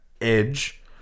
edge